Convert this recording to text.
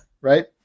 right